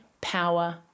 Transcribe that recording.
power